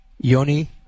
Yoni